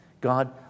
God